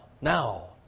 now